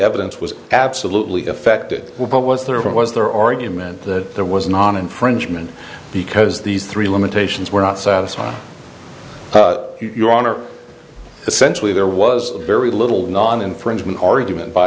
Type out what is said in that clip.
evidence was absolutely effected what was there was their argument that there was not an infringement because these three limitations were not satisfied your honor essentially there was very little non infringement argument by